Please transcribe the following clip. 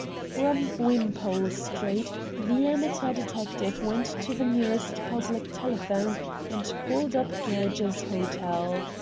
from wimpole street the amateur detective went to the nearest public telephone and called up gerridge's hotel.